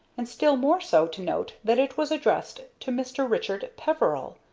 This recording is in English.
and still more so to note that it was addressed to mr. richard peveril.